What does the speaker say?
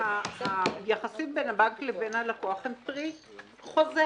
הרח היחסים בין הלקוח לבנק הם פרי חוזה.